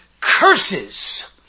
Curses